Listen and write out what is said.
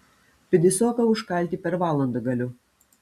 pidisoką užkalti per valandą galiu